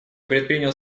предпринял